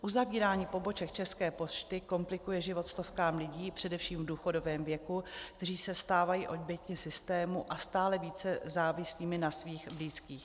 Uzavírání poboček České pošty komplikuje život stovkám lidí především v důchodovém věku, kteří se stávají oběťmi systému a stále více závislými na svých blízkých.